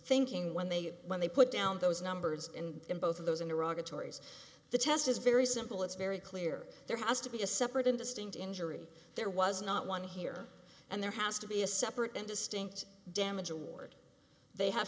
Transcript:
thinking when they when they put down those numbers and in both of those in iraq the tories the test is very simple it's very clear there has to be a separate and distinct injury there was not one here and there has to be a separate and distinct damage award they have